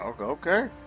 Okay